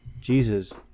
Jesus